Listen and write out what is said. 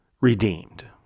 redeemed